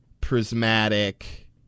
prismatic